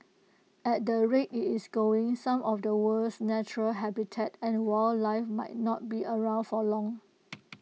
at the rate IT is going some of the world's natural habitat and wildlife might not be around for long